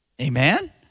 Amen